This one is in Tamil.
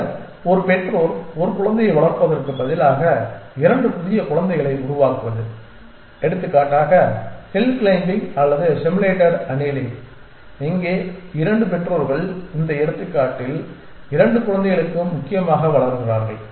பின்னர் ஒரு பெற்றோர் ஒரு குழந்தையை வளர்ப்பதற்கு பதிலாக 2 புதிய குழந்தைகளை உருவாக்குவது எடுத்துக்காட்டாக ஹில் க்ளைம்பிங் அல்லது சிமுலேட்டட் அனீலிங் இங்கே 2 பெற்றோர்கள் இந்த எடுத்துக்காட்டில் 2 குழந்தைகளுக்கு முக்கியமாக வளர்கிறார்கள்